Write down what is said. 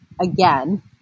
again